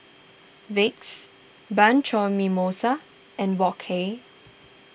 Vicks Bianco Mimosa and Wok Hey